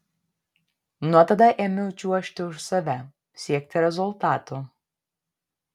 nuo tada ėmiau čiuožti už save siekti rezultatų